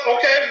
Okay